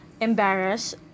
embarrassed